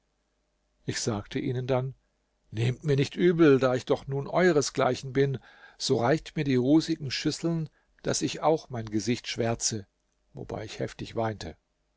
ich sagte ihnen dann nehmt mir nicht übel da ich doch nun euresgleichen bin so reicht mir die rußigen schüsseln daß ich auch mein gesicht schwärze wobei ich heftig weinte